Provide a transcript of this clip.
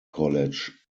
college